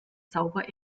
zauber